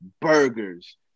burgers